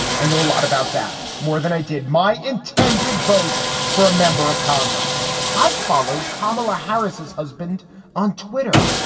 i know a lot about that more than i did my intended vote for a member of. congress i've followed, kamala harris is husband on twitter.